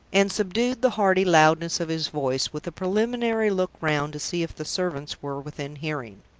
and subdued the hearty loudness of his voice, with a preliminary look round to see if the servants were within hearing.